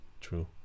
True